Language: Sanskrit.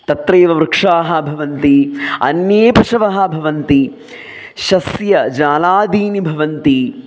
तत्रैव वृक्षाः भवन्ति अन्ये पशवः भवन्ति सस्य जालादीनि भवन्ति